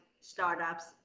startups